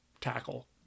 tackle